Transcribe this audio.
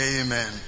Amen